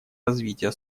развития